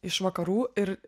iš vakarų ir